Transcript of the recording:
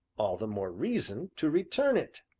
all the more reason to return it,